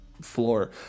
floor